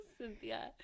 Cynthia